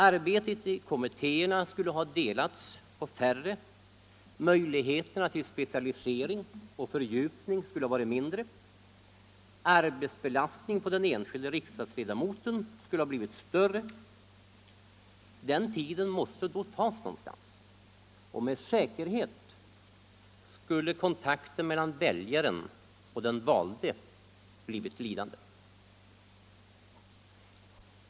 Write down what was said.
Arbetet i kommittéerna skulle ha delats på färre, möjligheterna till specialisering och fördjupning skulle ha varit mindre, arbetsbelastningen på den enskilde riksdagsledamoten skulle ha blivit större. Den tiden måste då tas någonstans — med säkerhet skulle kontakten mellan väljaren och den valde blivit lidande.